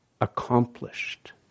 accomplished